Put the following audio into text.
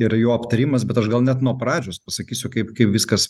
ir jo aptarimas bet aš gal net nuo pradžios pasakysiu kaip kaip viskas